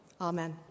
Amen